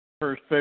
first